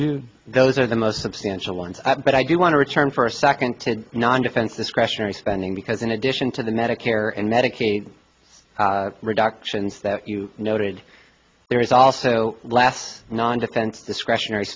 magnitude those are the most substantial ones but i do want to return for a second to non defense discretionary spending because in addition to the medicare and medicaid reductions that you noted there is also last non defense discretionary